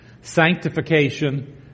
sanctification